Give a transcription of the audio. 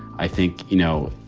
i think, you know,